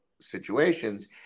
situations